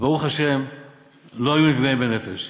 וברוך השם לא היו נפגעים בנפש.